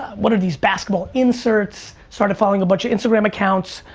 what are these basketball inserts? started following a bunch of instagram accounts,